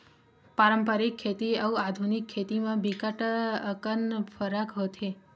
पारंपरिक खेती अउ आधुनिक खेती म बिकट अकन फरक होथे